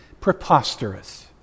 Preposterous